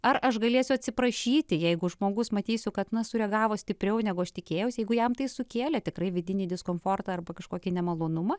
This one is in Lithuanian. ar aš galėsiu atsiprašyti jeigu žmogus matysiu kad na sureagavo stipriau negu aš tikėjausi jeigu jam tai sukėlė tikrai vidinį diskomfortą arba kažkokį nemalonumą